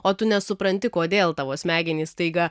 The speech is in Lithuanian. o tu nesupranti kodėl tavo smegenys staiga